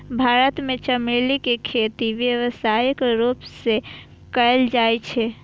भारत मे चमेली के खेती व्यावसायिक रूप सं कैल जाइ छै